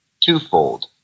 twofold